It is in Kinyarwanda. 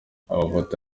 amafoto